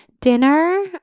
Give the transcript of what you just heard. dinner